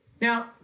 Now